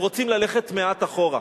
הם רוצים ללכת מעט אחורה.